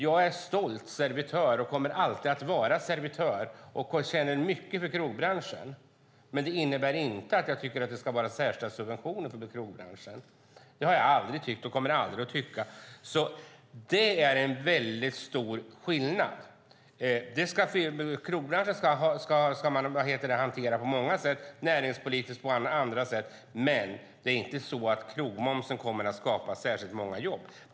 Jag är en stolt servitör och kommer alltid att vara servitör och känner mycket för krogbranschen. Men det innebär inte att jag tycker att det ska vara särskilda subventioner för krogbranschen. Det har jag aldrig tyckt och kommer aldrig att tycka. Det är en mycket stor skillnad. Man ska hantera krogbranschen på många sätt, näringspolitiskt och på andra sätt. Men sänkningen av krogmomsen kommer inte att skapa särskilt många jobb.